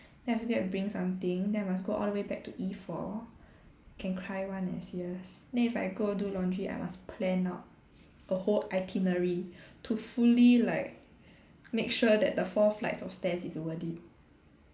then I forget to bring something then I must go all the way back to E four can cry [one] eh serious then if I go do laundry I must plan out a whole itinerary to fully like make sure that the four flights of stairs is worth it